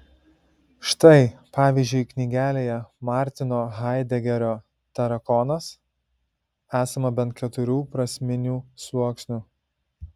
štai pavyzdžiui knygelėje martino haidegerio tarakonas esama bent keturių prasminių sluoksnių